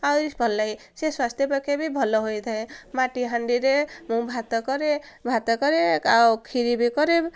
ଆହୁରି ଭଲ ଲାଗ ସେ ସ୍ୱାସ୍ଥ୍ୟପେକ୍ଷେ ବି ଭଲ ହୋଇଥାଏ ମାଟି ହାଣ୍ଡିରେ ମୁଁ ଭାତ କରେ ଭାତ କରେ ଆଉ କ୍ଷିରି ବି କରେ